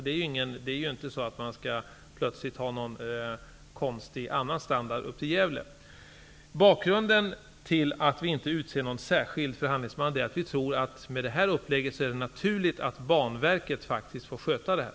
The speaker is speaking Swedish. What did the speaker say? Det handlar alltså inte om att det plötsligt skall vara någon annan, konstig standard på sträckan upp till Gävle. Bakgrunden till att vi inte utser en särskild förhandlingsman är att vi tror att det med detta upplägg faktiskt är naturligt att Banverket får sköta det här.